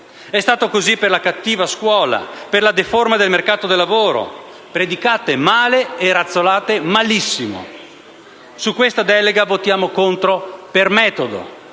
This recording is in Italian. È stato così per la "cattiva scuola" e per la "deforma" del mercato del lavoro. Predicate male e razzolate malissimo. Sul disegno di legge in esame votiamo contro per metodo,